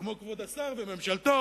כמו כבוד השר וממשלתו,